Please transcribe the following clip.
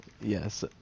Yes